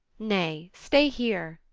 nay, stay here,